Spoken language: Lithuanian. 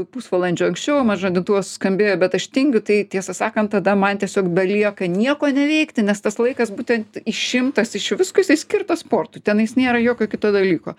pusvalandžiu anksčiau mano žadintuvas suskambėjo bet aš tingiu tai tiesą sakant tada man tiesiog belieka nieko neveikti nes tas laikas būtent išimtas iš visko jisai skirtas sportui tenais nėra jokio kito dalyko